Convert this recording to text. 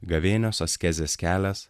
gavėnios askezės kelias